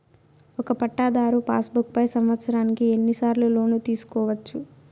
ఒక పట్టాధారు passbook పై సంవత్సరానికి ఎన్ని సార్లు లోను తీసుకోవచ్చు?